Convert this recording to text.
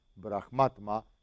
Brahmatma